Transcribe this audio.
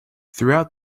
throughout